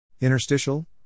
Interstitial